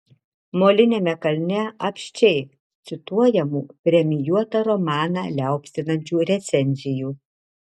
moliniame kalne apsčiai cituojamų premijuotą romaną liaupsinančių recenzijų